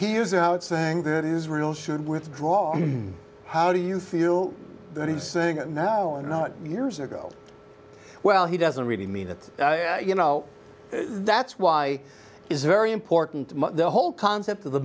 champion saying that israel should withdraw how do you feel that he's saying now and years ago well he doesn't really mean that you know that's why it's very important to the whole concept of the